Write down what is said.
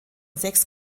sechs